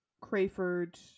Crayford